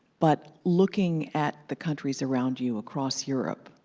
but looking at the countries around you across europe,